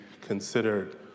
considered